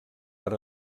per